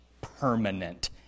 permanent